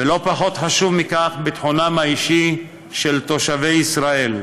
ולא פחות חשוב מכך, ביטחונם האישי של תושבי ישראל.